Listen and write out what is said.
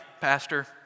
pastor